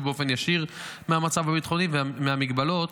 באופן ישיר מהמצב הביטחוני ומהגבלות